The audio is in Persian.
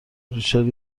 ریچل